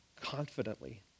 confidently